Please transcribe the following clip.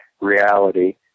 reality